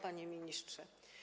Panie Ministrze!